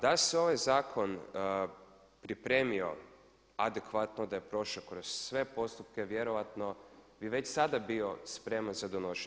Da se ovaj zakon pripremio adekvatno, da je prošao kroz sve postupke vjerojatno bi već sada bio spreman za donošenje.